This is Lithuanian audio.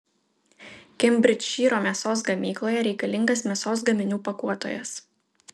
kembridžšyro mėsos gamykloje reikalingas mėsos gaminių pakuotojas